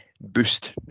boost